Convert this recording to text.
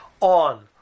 on